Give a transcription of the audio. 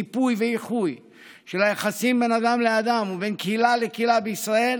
ריפוי ואיחוי של היחסים בין אדם לאדם ובין קהילה לקהילה בישראל